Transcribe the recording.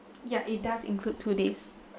ya it does include two days